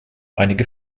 einige